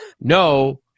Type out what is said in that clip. no